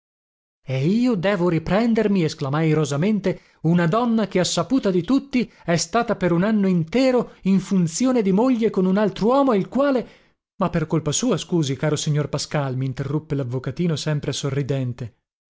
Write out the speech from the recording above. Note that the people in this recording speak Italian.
e io devo riprendermi esclamai irosamente una donna che a saputa di tutti è stata per un anno intero in funzione di moglie con un altruomo il quale ma per colpa sua scusi caro signor pascal minterruppe lavvocatino sempre sorridente